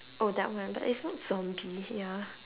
oh that one but it's not zombie ya